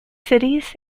cities